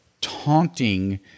taunting